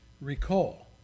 Recall